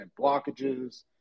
blockages